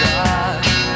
God